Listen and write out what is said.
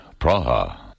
Praha